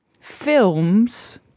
films